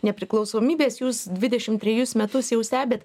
nepriklausomybės jūs dvidešim trejus metus jau stebit